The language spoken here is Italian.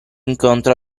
incontro